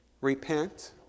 Repent